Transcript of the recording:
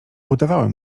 udawały